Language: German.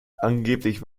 angeblich